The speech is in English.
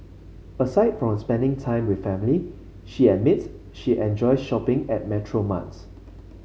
aside from spending time with family she admits she enjoy shopping at petrol marts